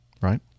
Right